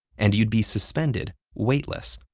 and you'd be suspended, weightless,